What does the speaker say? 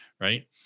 right